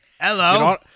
Hello